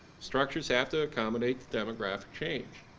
structures have to accommodate demographic change.